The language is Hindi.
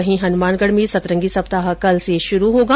वहीं हनुमानगढ़ में सतरंगी सप्ताह कल से शुरू होगा